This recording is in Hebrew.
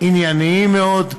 ענייניים מאוד,